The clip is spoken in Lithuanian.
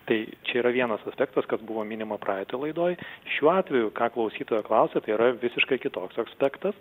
tai čia yra vienas aspektas kas buvo minima praeitoj laidoj šiuo atveju ką klausytoja klausia tai yra visiškai kitoks aspektas